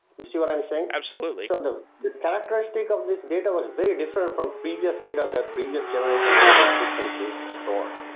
you see what i'm saying? absolutely the characters think of this data was very different from previous data, that previous generation database systems used to store.